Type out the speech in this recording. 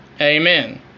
Amen